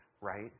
right